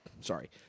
sorry